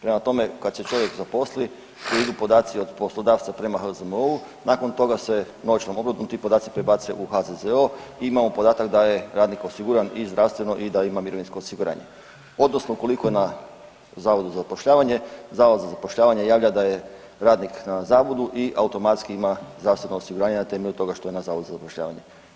Prema tome, kad se čovjek zaposli idu podaci od poslodavca prema HZMO-u, nakon toga se … ti podaci prebace u HZZO i imamo podatak da je radnik osiguran i zdravstveno i da ima mirovinsko osiguranje odnosno ukoliko je na Zavodu za zapošljavanje, Zavod za zapošljavanje javlja da je radnik na zavodu i automatski ima zdravstveno osiguranje na temelju toga što je na zavodu za zapošljavanje.